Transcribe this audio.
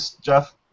Jeff